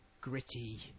gritty